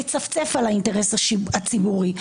מצפצף על האינטרס הציבורי,